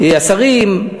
השרים,